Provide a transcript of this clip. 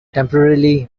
temporarily